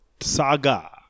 saga